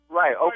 right